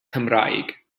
cymraeg